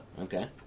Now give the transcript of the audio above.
Okay